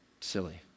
silly